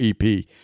EP